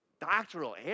doctoral